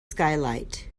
skylight